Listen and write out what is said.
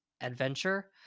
adventure